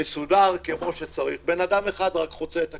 הוא מסודר כמו שצריך, ורק אדם אחד חוצה את הכביש.